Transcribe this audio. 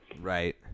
Right